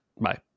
Bye